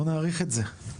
בואו נעריך את זה.